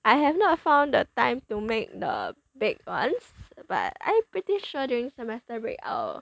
I have not found the time to make the big ones but I'm pretty sure during semester break I'll